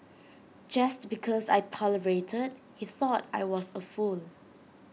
just because I tolerated he thought I was A fool